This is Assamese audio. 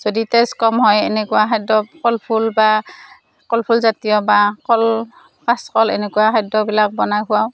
যদি তেজ কম হয় এনেকুৱা খাদ্য কল ফুল বা কল ফুলজাতীয় বা কল কাঁচকল এনেকুৱা খাদ্যবিলাক বনাই খুৱাওঁ